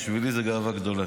בשבילי זאת גאווה גדולה.